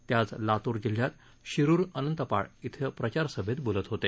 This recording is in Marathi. ते आज लातूर जिल्ह्यात शिरुर अनंतपाळ इथं प्रचार सभेत बोलत होते